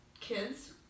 kids